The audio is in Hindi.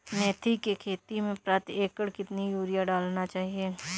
मेथी के खेती में प्रति एकड़ कितनी यूरिया डालना चाहिए?